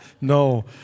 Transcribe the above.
no